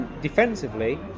defensively